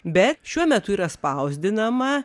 bet šiuo metu yra spausdinama